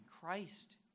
Christ